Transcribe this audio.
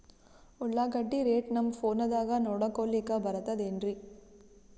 ಉಳ್ಳಾಗಡ್ಡಿ ರೇಟ್ ನಮ್ ಫೋನದಾಗ ನೋಡಕೊಲಿಕ ಬರತದೆನ್ರಿ?